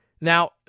Now